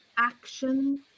action